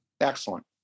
Excellent